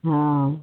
हँ